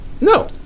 No